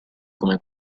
come